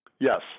Yes